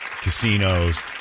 Casinos